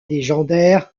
légendaire